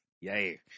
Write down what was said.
Yay